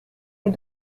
est